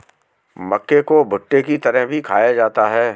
मक्के को भुट्टे की तरह भी खाया जाता है